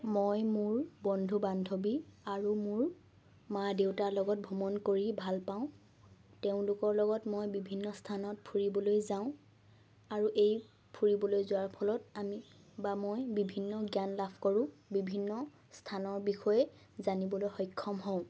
মই মোৰ বন্ধু বান্ধৱী আৰু মোৰ মা দেউতাৰ লগত ভ্ৰমণ কৰি ভাল পাওঁ তেওঁলোকৰ লগত মই বিভিন্ন স্থানত ফুৰিবলৈ যাওঁ আৰু এই ফুৰিবলৈ যোৱাৰ ফলত আমি বা মই বিভিন্ন জ্ঞান লাভ কৰোঁ বিভিন্ন স্থানৰ বিষয়ে জানিবলৈ সক্ষম হওঁ